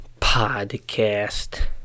podcast